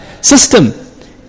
system